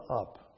up